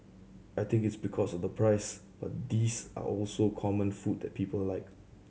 I think it's because of the price but these are also common food that people like